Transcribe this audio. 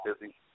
busy –